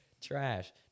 trash